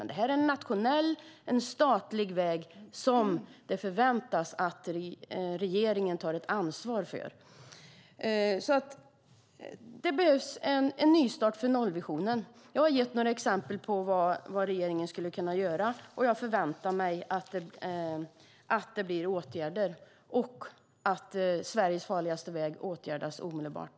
Men det är en nationell, statlig väg som det förväntas att regeringen tar ett ansvar för. Det behövs en nystart för nollvisionen. Jag har gett några exempel på vad regeringen skulle kunna göra. Jag förväntar mig att det blir åtgärder och att Sveriges farligaste väg åtgärdas omedelbart.